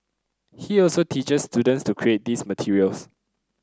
he also teaches students to create these materials